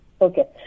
Okay